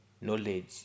Knowledge